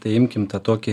tai imkim tą tokį